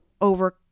over